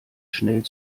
schnell